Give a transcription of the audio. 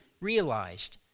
realized